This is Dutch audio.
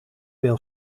wil